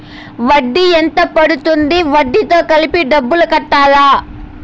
వడ్డీ ఎంత పడ్తుంది? వడ్డీ తో కలిపి డబ్బులు కట్టాలా?